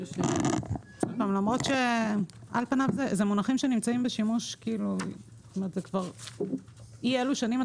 אלה מונחים שנמצאים בשימוש כבר אי אלו שנים.